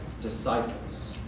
disciples